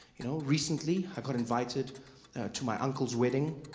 you know, recently i got invited to my uncle's wedding.